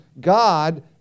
God